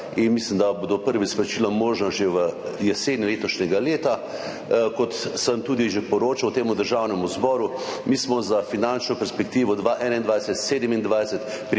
Mislim, da bodo prva izplačila možna že v jeseni letošnjega leta. Kot sem tudi že poročal v Državnem zboru, smo mi za finančno perspektivo 2021–2027 pripravili